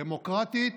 דמוקרטית,